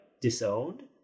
disowned